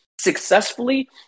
successfully